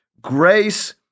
grace